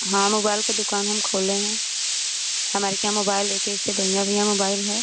हाँ मोबाइल का दुकान हम खोले हैं हमारे खियाँ मोबाइल एक एक से बढ़िया बढ़िया मोबाइल है